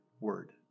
word